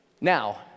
Now